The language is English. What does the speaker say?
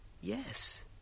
yes